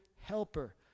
helper